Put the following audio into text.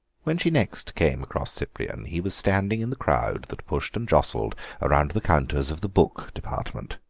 when she next came across cyprian he was standing in the crowd that pushed and jostled around the counters of the book department.